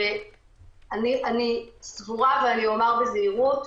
אני סבורה, ואומר בזהירות,